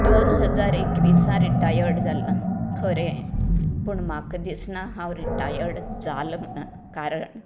दोन हजार एकविसांत रिटायर्ड जालें खरें पूण म्हाका दिसना हांव रिटायर्ड जालां म्हणून कारण